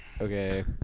Okay